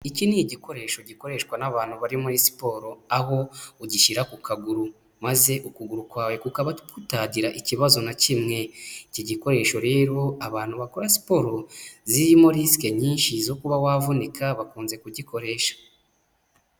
Iki ni igikoresho gikoreshwa n'abantu bari muri siporo, aho ugishyira ku kaguru maze ukuguru kwawe kukaba kutagira ikibazo na kimwe, iki gikoresho rero abantu bakora siporo zirimo risiki nyinshi zo kuba wavunika, bakunze kugikoresha.